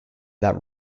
that